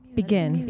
begin